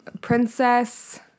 Princess